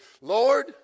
Lord